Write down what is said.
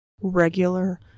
regular